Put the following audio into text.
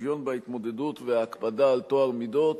השוויון בהתמודדות וההקפדה על טוהר המידות.